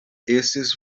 estis